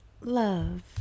love